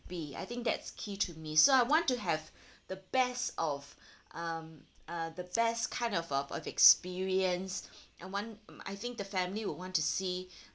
be I think that's key to me so I want to have the best of um uh the best kind of of experience I want I think the family will want to see